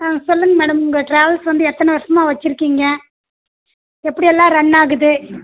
ஆ சொல்லுங்க மேடம் உங்கள் ட்ராவல்ஸ் வந்து எத்தனை வருஷமாக வச்சிருக்கீங்க எப்படியெல்லாம் ரன் ஆகுது